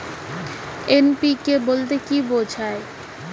NPK বলতে কী বোঝায়?